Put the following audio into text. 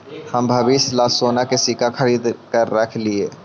हम भविष्य ला सोने के सिक्के खरीद कर रख लिए